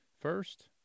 first